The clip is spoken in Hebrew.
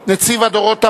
הדבר הוא מוחלט,